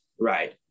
right